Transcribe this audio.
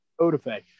Odafe